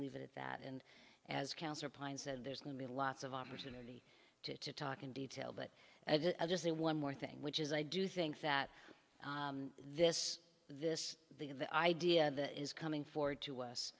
leave it at that and as counsellor pines and there's going to be lots of opportunity to talk in detail but i just say one more thing which is i do think that this this the the idea the is coming forward to us